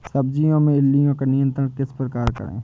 सब्जियों में इल्लियो का नियंत्रण किस प्रकार करें?